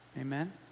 Amen